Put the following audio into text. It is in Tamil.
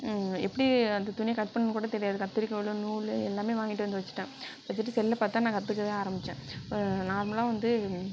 எப்படி அந்த துணியை கட் பண்ணணும் கூட தெரியாது கத்திரிக்கோல் நூல் எல்லாமே வாங்கிட்டு வந்து வச்சிட்டேன் வச்சிட்டு செல்லை பார்த்து தான் நான் கற்றுக்கவே ஆரம்பிச்சேன் நார்மலாக வந்து